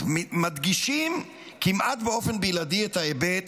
מדגישים כמעט באופן בלעדי את ההיבט